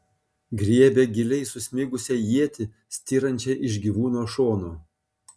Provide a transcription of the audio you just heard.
griebė giliai susmigusią ietį styrančią iš gyvūno šono